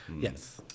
Yes